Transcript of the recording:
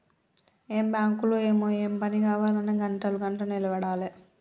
ఏం బాంకులో ఏమో, ఏ పని గావాల్నన్నా గంటలు గంటలు నిలవడాలె